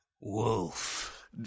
Wolf